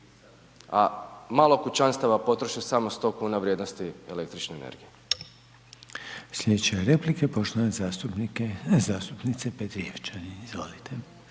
a malo kućanstava potroši samo 100 kuna vrijednosti električne energije.